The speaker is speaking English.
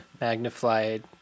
magnified